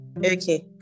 Okay